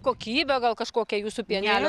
kokybė gal kažkokia jūsų pienelio